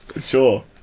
Sure